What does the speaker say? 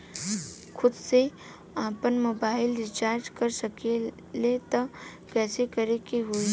खुद से आपनमोबाइल रीचार्ज कर सकिले त कइसे करे के होई?